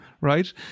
right